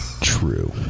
True